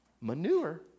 Manure